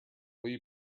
will